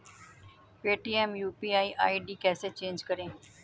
Paytm UPI ID कैसे change करें?